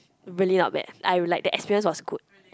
really not bad I really like the experience was good